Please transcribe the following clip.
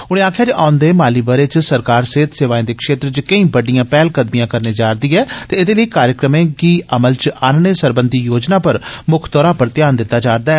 उनें आक्खेआ जे औंदे माली ब'रे च सरकार सेहत सेवाए दे क्षेत्र च बड़िडयां पैहलकदभियां करने जा'रदी ऐ ते एहदे लेई कार्यक्रमें गी अमल च आन्नने सरबंधी योजना पर मुक्ख तौरा पर ध्यान दित्ता जा'रदा ऐ